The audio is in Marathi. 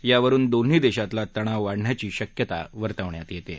यावरुन दोन्ही देशातला तणाव वाढण्याची शक्यता वर्तवण्यात येत आहे